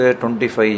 25